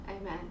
Amen